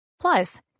Plus